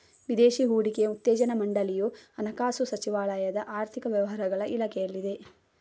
ವಿದೇಶಿ ಹೂಡಿಕೆ ಉತ್ತೇಜನಾ ಮಂಡಳಿಯು ಹಣಕಾಸು ಸಚಿವಾಲಯದ ಆರ್ಥಿಕ ವ್ಯವಹಾರಗಳ ಇಲಾಖೆಯಲ್ಲಿದೆ